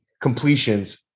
completions